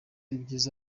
ibyiza